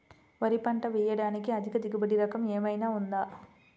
వరి పంట వేయటానికి అధిక దిగుబడి రకం ఏమయినా ఉందా?